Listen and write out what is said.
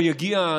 או יגיע,